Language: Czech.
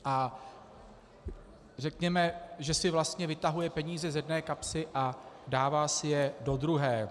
A řekněme, že si vlastně vytahuje peníze z jedné kapsy a dává si je do druhé.